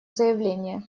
заявление